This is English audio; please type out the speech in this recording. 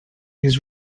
his